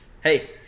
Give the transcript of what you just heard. Hey